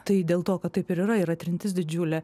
tai dėl to kad taip ir yra yra trintis didžiulė